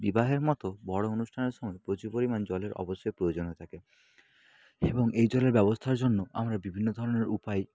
বিবাহের মতো বড়ো অনুষ্ঠানের সময় প্রচুর পরিমাণ জলের অবশ্যই প্রয়োজন হয়ে থাকে এবং এই জলের ব্যবস্থার জন্য আমরা বিভিন্ন ধরনের উপায়